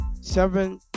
seven